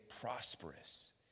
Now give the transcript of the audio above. prosperous